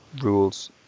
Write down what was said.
rules